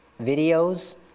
videos